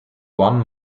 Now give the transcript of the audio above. one